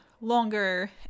longer